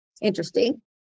Interesting